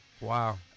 Wow